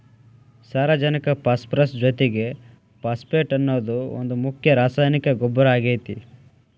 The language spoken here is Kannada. ಸಾರಜನಕ ಪಾಸ್ಪರಸ್ ಜೊತಿಗೆ ಫಾಸ್ಫೇಟ್ ಅನ್ನೋದು ಒಂದ್ ಮುಖ್ಯ ರಾಸಾಯನಿಕ ಗೊಬ್ಬರ ಆಗೇತಿ